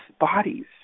bodies